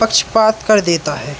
पक्षपात कर देता है